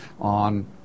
on